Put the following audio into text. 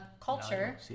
culture